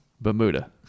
Bermuda